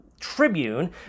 Tribune